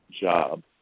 job